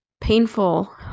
painful